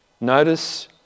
notice